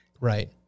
Right